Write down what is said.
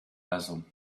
basil